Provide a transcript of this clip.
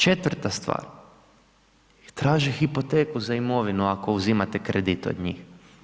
Četvrta stvar i traže hipoteku za imovinu ako uzimate kredit od njih.